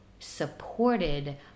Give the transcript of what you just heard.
supported